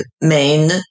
main